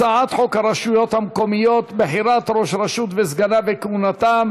הצעת חוק הרשויות המקומיות (בחירת ראש הרשות וסגניו וכהונתם)